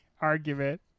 argument